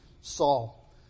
Saul